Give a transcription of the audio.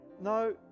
No